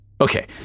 Okay